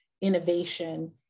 innovation